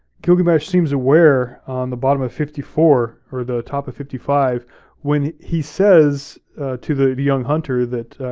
gilgamesh seems aware, on the bottom of fifty four, or the top of fifty five when he says to the young hunter that,